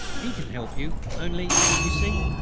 he can help you only, you see,